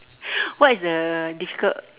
what is the difficult